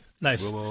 nice